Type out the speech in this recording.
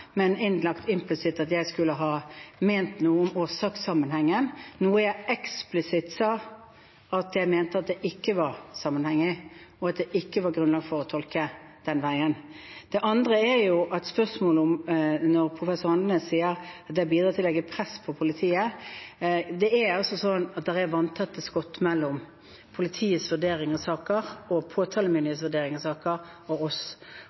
men det har implisitt blitt lagt inn at jeg skulle ha ment noe om årsakssammenhengen – noe jeg eksplisitt sa at jeg mente at det ikke var sammenheng i, og at det ikke var grunnlag for å tolke det den veien. Det andre er spørsmålet om at professor Andenæs sier at jeg bidrar til å legge press på politiet. Det er slik at det er vanntette skott mellom politiets vurdering av saker og påtalemyndighetens vurdering av saker og oss.